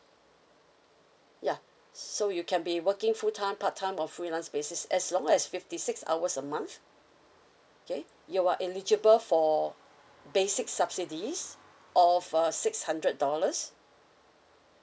ya so you can be working full time part time or freelance basis as long as fifty six hours a month K you are eligible for basic subsidies of uh six hundred dollars